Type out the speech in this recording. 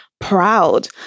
proud